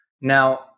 Now